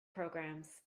programmes